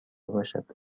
باشد